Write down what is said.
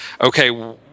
okay